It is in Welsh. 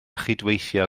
chydweithio